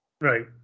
Right